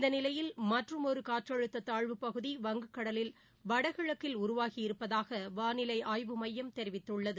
இந்தநிலையில் மற்றுமொரு காற்றழுத்தத் தாழ்வு பகுதி வங்கக்கடலில் வடகிழக்கில் உருவாகியிருப்பதாக வானிலை ஆய்வு மையம் தெரிவித்துள்ளது